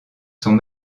sont